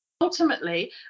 ultimately